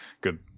Good